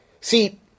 See